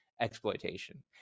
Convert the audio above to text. exploitation